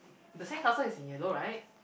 the sand castle is in yellow right